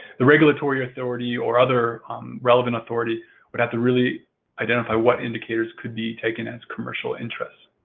the regulatory authority or other relevant authority would have to really identify what indicators could be taken as commercial interest.